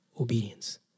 obedience